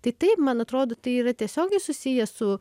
tai taip man atrodo tai yra tiesiogiai susiję su